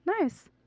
nice